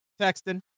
texting